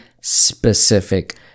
specific